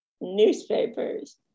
newspapers